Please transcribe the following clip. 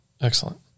Excellent